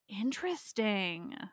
Interesting